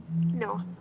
No